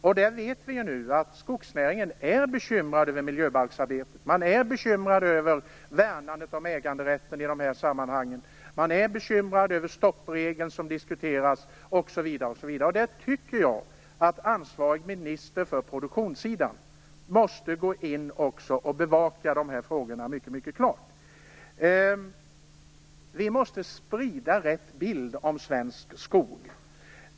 Vi vet att skogsnäringen är bekymrad över miljöbalksarbetet, man är bekymrad över värnandet av äganderätten i de här sammanhangen och man är bekymrad över den stoppregel som diskuteras. Jag tycker att den minister som är ansvarig för produktionssidan mycket tydligt måste bevaka de här frågorna. Vi måste sprida rätt bild av svensk skog.